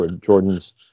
Jordan's